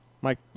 Mike